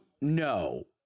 No